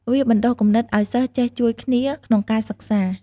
វាបណ្ដុះគំនិតឱ្យសិស្សចេះជួយគ្នាក្នុងការសិក្សា។